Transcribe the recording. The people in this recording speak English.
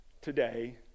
today